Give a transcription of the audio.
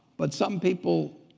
but some people